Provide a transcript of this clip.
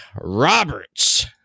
Roberts